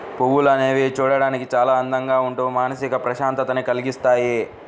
పువ్వులు అనేవి చూడడానికి చాలా అందంగా ఉంటూ మానసిక ప్రశాంతతని కల్గిస్తాయి